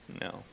No